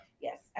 Yes